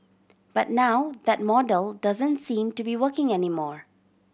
but now that model doesn't seem to be working anymore